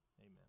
Amen